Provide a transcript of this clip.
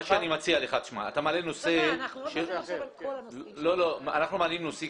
מה שאני מציע לך אנחנו מעלים נושאים